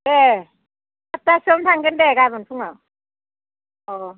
दे साथथासोयावनो थांगोन दे गाबोन फुङाव अह